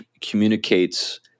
communicates